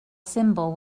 symbol